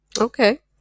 okay